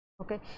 okay